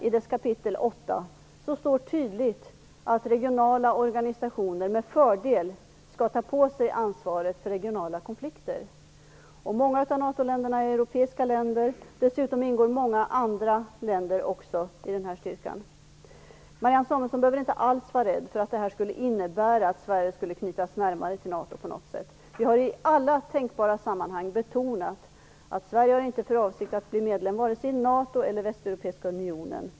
I dess kapitel 8 står det tydligt att regionala organisationer med fördel skall ta på sig ansvaret för regionala konflikter. Många av NATO-länderna är europeiska länder. Dessutom ingår också många andra länder i denna styrka. Marianne Samuelsson behöver inte alls vara rädd för att det skulle innebära att Sverige skulle knytas närmare till NATO på något sätt. Vi har i alla tänkbara sammanhang betonat att Sverige inte har för avsikt att bli medlem vare sig i NATO eller i Västeuropeiska unionen.